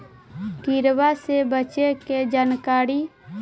किड़बा से बचे के जानकारी?